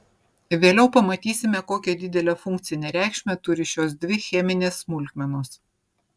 vėliau pamatysime kokią didelę funkcinę reikšmę turi šios dvi cheminės smulkmenos